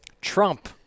trump